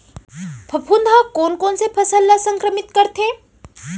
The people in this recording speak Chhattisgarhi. फफूंद ह कोन कोन से फसल ल संक्रमित करथे?